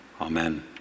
Amen